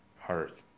heart